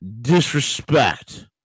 disrespect